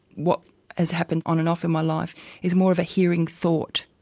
what has happened on and off in my life is more of a hearing thought,